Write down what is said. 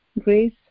grace